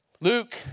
luke